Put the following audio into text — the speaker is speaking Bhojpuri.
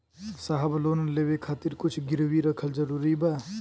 साहब लोन लेवे खातिर कुछ गिरवी रखल जरूरी बा?